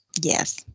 Yes